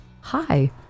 Hi